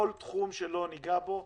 כל תחום שלא ניגע בו,